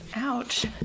Ouch